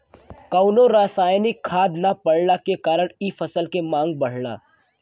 कवनो रासायनिक खाद ना पड़ला के कारण इ फसल के मांग बढ़ला